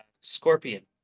Scorpion